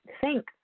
thank